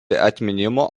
atminimo